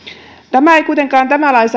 tämä lainsäädäntö ei kuitenkaan